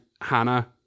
Hannah